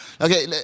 Okay